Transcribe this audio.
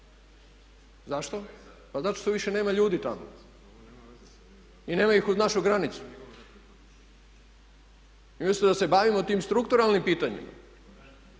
Zašto? Pa zato što više nema ljudi tamo. I nema ih uz našu granicu. I umjesto da se bavimo tim strukturalnim pitanjima